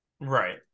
right